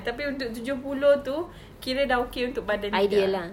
tapi untuk tujuh puluh itu kira sudah okay untuk badan ida